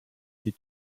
the